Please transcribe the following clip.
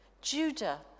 Judah